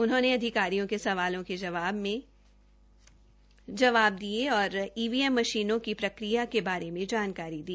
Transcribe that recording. उन्होंने अधिकारियों के सवालों के जवाब दिये और ईवीएम मशीनों की प्रक्रिया के बारे में जानकारी भी दी